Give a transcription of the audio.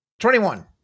Twenty-one